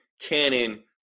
canon